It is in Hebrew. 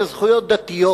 אלה זכויות דתיות.